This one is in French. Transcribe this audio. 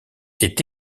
est